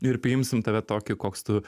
ir priimsim tave tokį koks tu